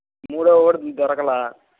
మూడో వాడు దొరకలేదు